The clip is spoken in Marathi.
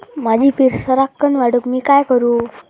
माझी पीक सराक्कन वाढूक मी काय करू?